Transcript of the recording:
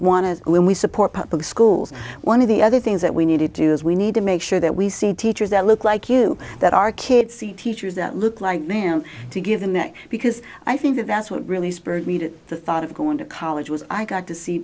want to win we support public schools one of the other things that we need to do is we need to make sure that we see teachers that look like you that our kids see teachers that look like them to give them that because i think that's what really spurred me to the thought of going to college was i got to see